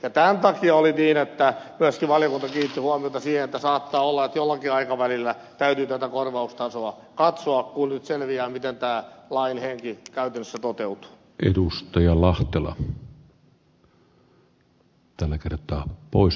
tämän takia oli niin että myöskin valiokunta kiinnitti huomiota siihen että saattaa olla että jollakin aikavälillä täytyy tätä korvaustasoa katsoa kun nyt selviää miten tämä lain henki käytännössä toteutuu